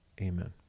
Amen